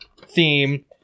theme